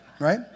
Right